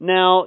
Now